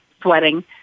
Sweating